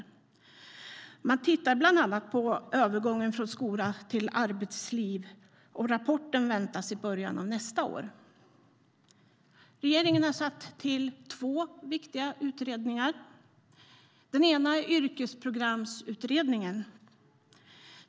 Man tittar bland annat på övergången från skola till arbetsliv. Rapporten väntas i början av nästa år. Regeringen har tillsatt två viktiga utredningar. Den ena är yrkesprogramsutredningen.